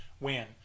win